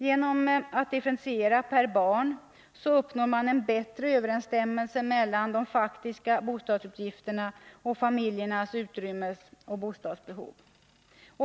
Genom en differentiering per barn uppnås en bättre överensstämmelse mellan faktiska bostadsutgifter och familjernas utrymmesoch bostadsbehov.